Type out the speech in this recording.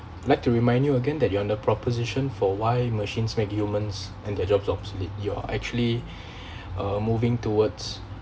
like to remind you again that you're under proposition for why machines make humans and their jobs obsolete you are actually uh moving towards